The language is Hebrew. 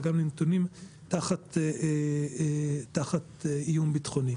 וגם הם נתונים תחת איום ביטחוני.